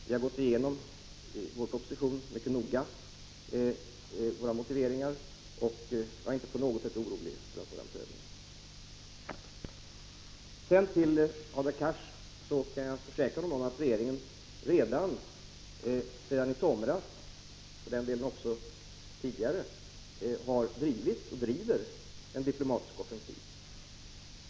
Vi har mycket noga gått igenom motiveringarna i vår proposition, och jag är alltså inte på något sätt orolig för en sådan prövning. Jag kan försäkra Hadar Cars om att regeringen sedan i somras — för den delen också tidigare — har drivit och driver en diplomatisk offensiv.